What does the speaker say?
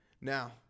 Now